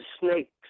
snakes